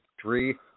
three